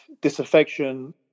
disaffection